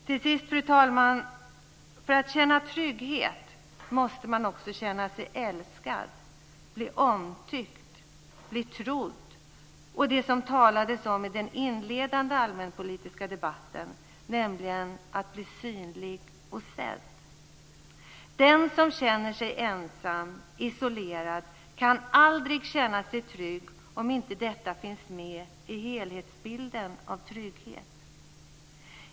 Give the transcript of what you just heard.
Till sist, fru talman: För att känna trygghet måste man också känna sig älskad, bli omtyckt, bli trodd och - som det också talades om i den inledande allmänpolitiska debatten - bli synlig och sedd. Den som känner sig ensam och isolerad kan aldrig känna sig trygg om inte detta finns med i helhetsbilden av trygghet.